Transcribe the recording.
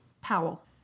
Powell